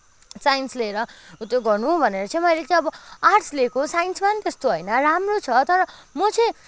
science लिएर उत्यो गर्नु भनेर चाहिँ मैले चाहिँ अब आर्टस लिएको साइन्समा पनि त्यस्तो होइन राम्रो छ तर म चाहिँ